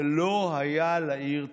ולא היה לעיר תקציב.